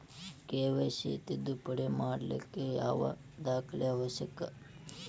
KYC ತಿದ್ದುಪಡಿ ಮಾಡ್ಲಿಕ್ಕೆ ಯಾವ ದಾಖಲೆ ಅವಶ್ಯಕ?